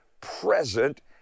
present